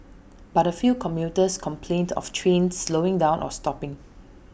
but A few commuters complained of trains slowing down or stopping